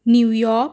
New York